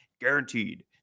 guaranteed